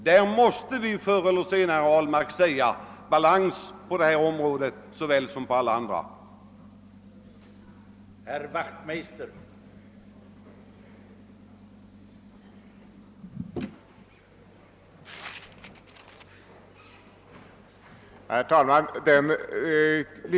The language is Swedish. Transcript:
Härvidlag måste vi förr eller senare, herr Ahlmark, säga att vi vill ha balans på detta område såväl som på alla andra områden.